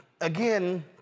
Again